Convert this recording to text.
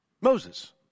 Moses